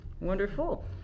Wonderful